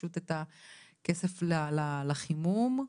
פשוט את הכסף לחימום,